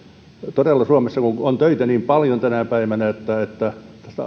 todella kun suomessa on töitä niin paljon tänä päivänä että että tällaista